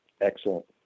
Excellent